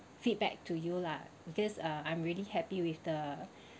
feedback to you lah because uh I'm really happy with the